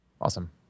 Awesome